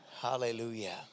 Hallelujah